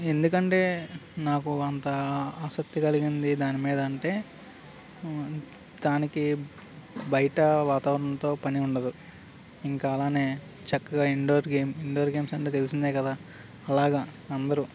ఎందుకంటే నాకు అంత ఆసక్తి కలిగింది దాని మీద అంటే దానికి బయట వాతావరణంతో పని ఉండదు ఇంకా అలానే చక్కగా ఇండోర్ గేమ్ ఇండోర్ గేమ్స్ అంటే తెలిసిందే కదా అలాగా అందరూ